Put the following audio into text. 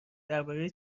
درباره